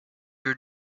your